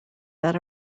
that